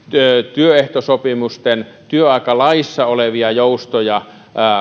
työehtosopimusten työaikalaissa olevia joustoja